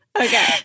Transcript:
Okay